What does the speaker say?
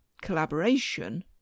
collaboration